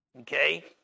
Okay